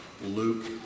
Luke